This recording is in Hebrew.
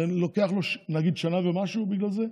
זה לוקח, נניח, שנה ומשהו בגלל זה.